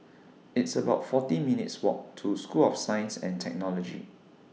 It's about forty minutes' Walk to School of Science and Technology